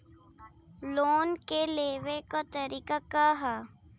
Loan के लेवे क तरीका का ह?